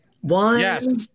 one